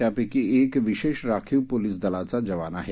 त्यापैकी एक विशेष राखीव पोलिस दलाचा जवान आहे